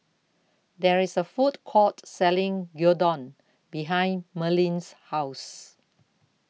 There IS A Food Court Selling Gyudon behind Merlene's House